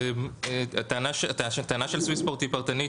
הטענה של סוויספורט היא פרטנית,